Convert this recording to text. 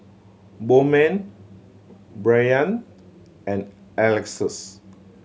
Bowman Bryant and Alexus